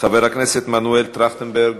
חבר הכנסת מנואל טרכטנברג,